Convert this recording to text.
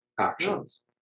actions